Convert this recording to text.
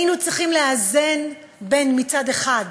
היינו צריכים לאזן בין, מצד אחד,